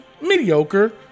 Mediocre